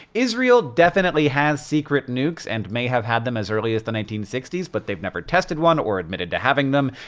israel definitely has secret nukes, and may have had them as early as the nineteen sixty s but they've never tested one or admitted to having them.